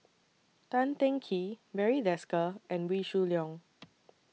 Tan Teng Kee Barry Desker and Wee Shoo Leong